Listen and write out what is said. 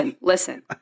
listen